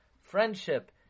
friendship